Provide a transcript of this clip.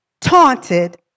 taunted